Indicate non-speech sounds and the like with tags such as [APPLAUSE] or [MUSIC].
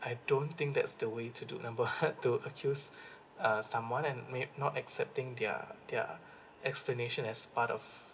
I don't think that's the way to do [LAUGHS] hurt to accuse uh someone and may not accepting their their explanation as part of